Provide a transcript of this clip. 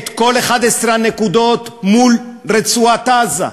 את כל 11 הנקודות מול רצועת-עזה.